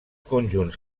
conjunts